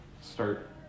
start